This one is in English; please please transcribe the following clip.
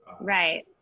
Right